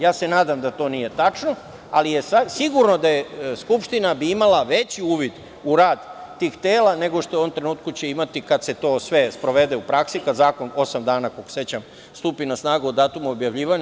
Ja se nadam da to nije tačno, ali je sigurno da bi Skupština imala veći uvid u rad tih tela nego što će u ovom trenutku imati kada se to sve sprovede u praksi, kada zakon posle osam dana, koliko se sećam, stupi na snagu od datuma objavljivanja.